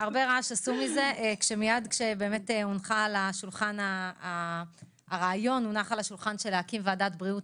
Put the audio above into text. כאשר הונח על השולחן הרעיון להקים ועדת בריאות